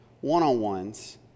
one-on-ones